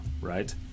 right